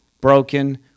broken